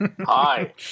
hi